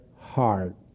heart